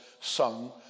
sung